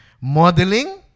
Modeling